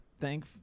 thank